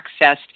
accessed